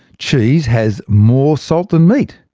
cheese has more salt than meat,